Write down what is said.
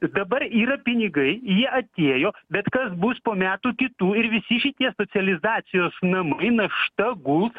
dabar yra pinigai jie atėjo bet kas bus po metų kitų ir visi šitie socializacijos namai našta guls